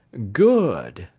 good!